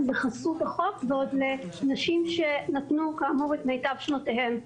בחסות החוק ועוד לנשים שנתנו כאמור את מיטב שנותיהן.